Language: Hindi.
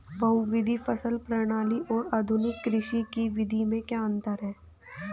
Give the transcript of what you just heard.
बहुविध फसल प्रणाली और आधुनिक कृषि की विधि में क्या अंतर है?